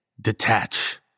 detach